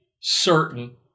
certain